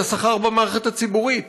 את השכר במערכת הציבוריות: